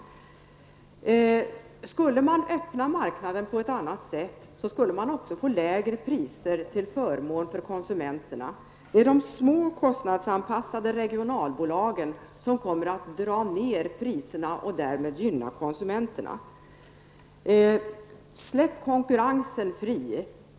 Om man på ett annat sätt skulle öppna marknaden, skulle man också få lägre priser till förmån för konsumenterna. Det är de små kostnadsanpassade regionalbolagen som kommer att dra ner priserna och därmed gynna konsumenterna. Släpp konkurrensen fri.